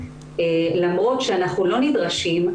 למרות שאנחנו לא נדרשים,